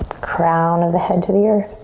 crown of the head to the earth.